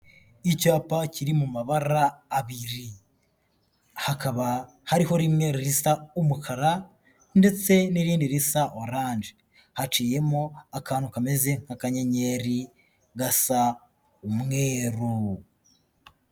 Icyapa kiri mu mabara abiri, hakaba hariho rimwe risa umukara ndetse n'irindi risa oranje, haciyemo akantu kameze nk'akanyenyeri gasa umweru.